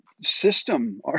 system